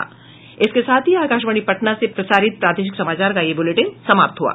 इसके साथ ही आकाशवाणी पटना से प्रसारित प्रादेशिक समाचार का ये अंक समाप्त हुआ